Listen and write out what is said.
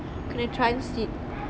kena transit